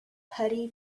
putty